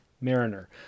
Mariner